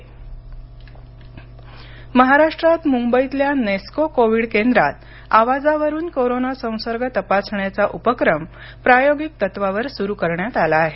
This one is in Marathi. महाराष्ट्र कोविड महाराष्ट्रात मुंबईतल्या नेस्को कोविड केंद्रात आवाजावरुन कोरोना संसर्ग तपासण्याचा उपक्रम प्रायोगिक तत्त्वावर सुरू करण्यात आला आहे